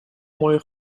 mooie